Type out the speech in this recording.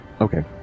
Okay